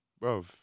Bro